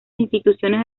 instituciones